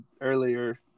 earlier